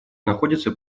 находится